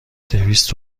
دویست